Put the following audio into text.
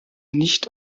nicht